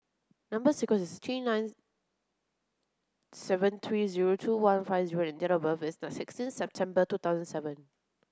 number sequence is T nine seven three zero two one five O and date of birth is the sixteenth September two thousand seven